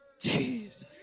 Jesus